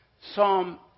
Psalm